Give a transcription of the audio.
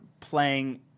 playing